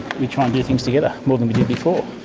we try and do things together, more than we did before,